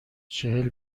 چعر